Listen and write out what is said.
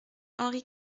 henri